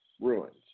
ruins